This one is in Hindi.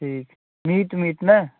ठीक है मीट मीट ना